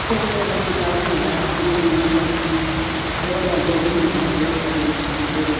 जैसे कि मेरे घर में शादी है अपनी मतलब ज़ेवर का ज़रूरी है जेव का ज़रूरी ज़रूर